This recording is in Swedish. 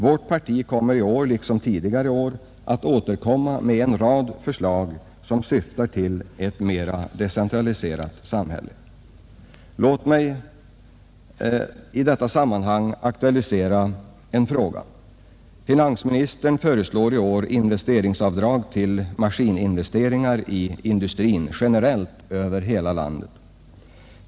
Vårt parti kommer i år liksom tidigare år att återkomma med en rad förslag som syftar till ett mera decentraliserat samhälle. Låt mig i detta sammanhang aktualisera en fråga. Finansministern föreslår i år investeringsavdrag för maskininvesteringar i industrin generellt över hela landet.